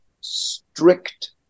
strict